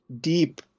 deep